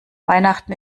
weihnachten